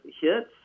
hits